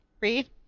read